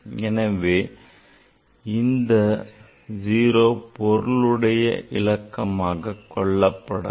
எனவே இந்த 0 பொருளுடைய இலக்கமாக கொள்ளப்படாது